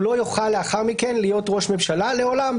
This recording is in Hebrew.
הוא לא יוכל לאחר מכן להיות ראש ממשלה לעולם,